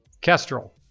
Kestrel